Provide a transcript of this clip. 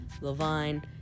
Levine